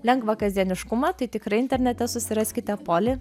lengvą kasdieniškumą tai tikrai internete susiraskite poli